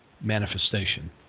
manifestation